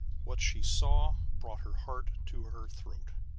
what she saw brought her heart to her throat.